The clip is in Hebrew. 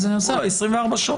תנו לה 24 שעות.